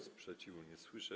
Sprzeciwu nie słyszę.